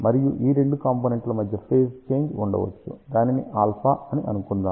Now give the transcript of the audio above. మరియు ఈ రెండు కాంపోనెంట్ల మధ్య ఫేజ్ చేంజ్ ఉండవచ్చు దానిని ఆల్ఫా అనుకుందాము